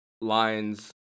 lines